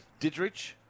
Didrich